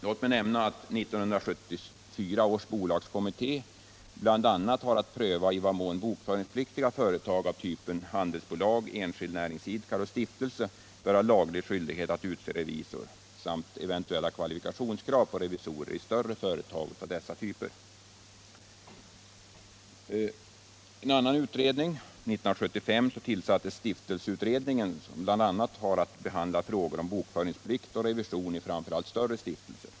Låt mig nämna att 1974 års bolagskommitté bl.a. har att pröva i vad mån bokföringspliktiga företag av typen handelsbolag, enskild näringsidkare eller stiftelse bör ha laglig skyldighet att utse revisor samt frågan om eventuella kvalifikationskrav på revisorer i större företag av dessa typer. År 1975 tillsattes stiftelseutredningen, som bl.a. har att behandla frågor om bokföringsplikt och revision i framför allt stiftelser.